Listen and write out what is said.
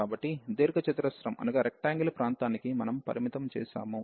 కాబట్టి దీర్ఘ చతురస్రం ప్రాంతానికి మనము పరిమితం చేశాము